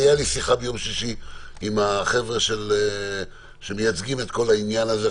הייתה לי שיחה ביום שישי עם החבר'ה שמייצגים את כל העניין הזה,